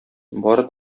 бары